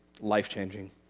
life-changing